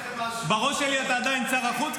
בראש שלי אתה עדיין שר החוץ,